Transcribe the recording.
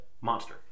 monster